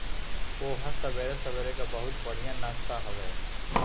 पोहा सबेरे सबेरे कअ बहुते बढ़िया नाश्ता हवे